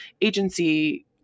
agency